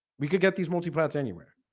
we could get these multi plans anywhere